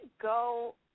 go